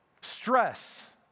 stress